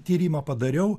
tyrimą padariau